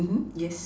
yes